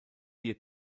hier